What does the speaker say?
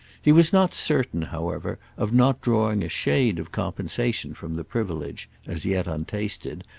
he was not certain, however, of not drawing a shade of compensation from the privilege, as yet untasted,